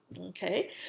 Okay